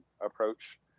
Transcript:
approach